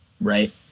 Right